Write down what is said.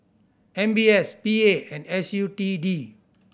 M B S P A and S U T D